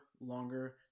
longer